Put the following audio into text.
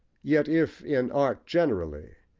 yet if, in art generally,